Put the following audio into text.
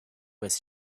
was